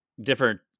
different